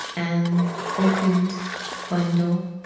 an opened bundle